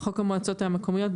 חוק המועצות המקומיות,